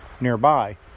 nearby